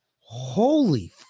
Holy